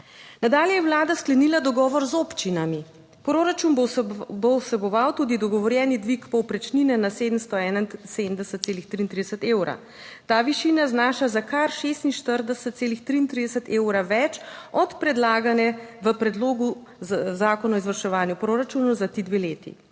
Nadalje je Vlada sklenila dogovor z občinami: "Proračun bo vseboval tudi dogovorjeni dvig povprečnine na 771,33 evra. Ta višina znaša za kar 46,33 evra več od predlagane v Predlogu Zakona o izvrševanju proračunov za ti dve leti."